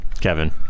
Kevin